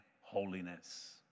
holiness